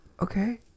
okay